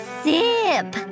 sip